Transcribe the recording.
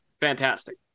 fantastic